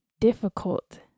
difficult